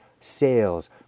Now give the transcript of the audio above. sales